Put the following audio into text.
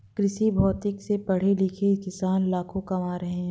कृषिभौतिकी से पढ़े लिखे किसान लाखों कमा रहे हैं